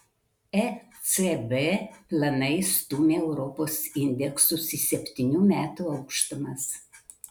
ecb planai stumia europos indeksus į septynių metų aukštumas